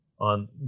on